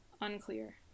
unclear